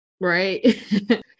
Right